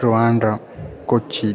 Trivandrum Kochi